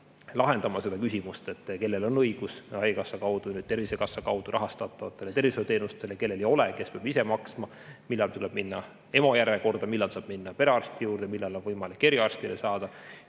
erandite kaudu, et kellel on õigus haigekassa kaudu, nüüd Tervisekassa kaudu rahastatavatele tervishoiuteenustele ja kellel ei ole, kes peab ise maksma, millal tuleb minna EMO järjekorda, millal saab minna perearsti juurde, millal on võimalik eriarstile saada